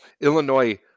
Illinois –